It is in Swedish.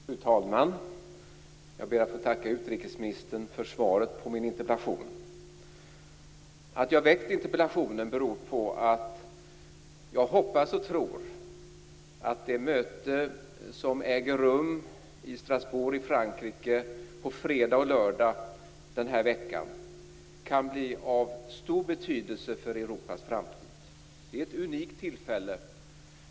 Fru talman! Jag ber att få tacka utrikesministern för svaret på min interpellation. Att jag har väckt interpellationen beror på att jag hoppas och tror att det möte som äger rum i Strasbourg i Frankrike på fredag och lördag den här veckan kan bli av stor betydelse för Europas framtid. Det är ett unikt tillfälle.